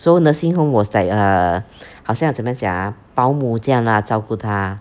so nursing home was like a 好像怎么讲 ah 保姆这样 lah 照顾他